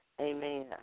Amen